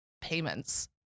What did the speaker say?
payments